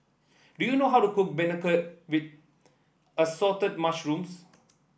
do you know how to cook beancurd with Assorted Mushrooms